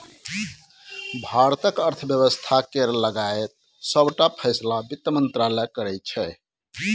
भारतक अर्थ बेबस्था केर लगाएत सबटा फैसला बित्त मंत्रालय करै छै